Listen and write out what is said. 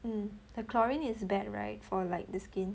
mm the chlorine is bad right for like the skin